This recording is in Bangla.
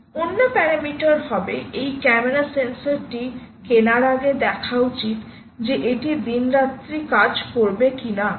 অন্য প্যারামিটার হবে এই ক্যামেরা সেন্সরটি কেনার আগে দেখা উচিত যে এটি দিনরাত্রি কাজ করবে কিনা